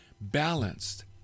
balanced